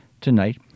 Tonight